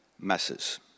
masses